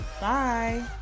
Bye